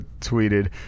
tweeted